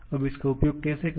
अब इसका उपयोग कैसे करें